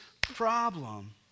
problem